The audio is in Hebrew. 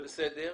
בסדר.